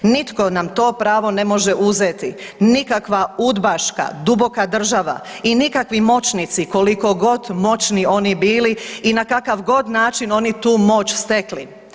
Nitko nam to pravo ne može uzeti, nikakva udbaška duboka država i nikakvi moćnici koliko god moćni oni bili i na kakav god način oni tu moć stekli.